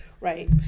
Right